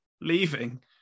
leaving